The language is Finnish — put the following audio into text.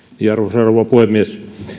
rouva puhemies